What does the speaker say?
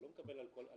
אתה לא מקבל על מגרש.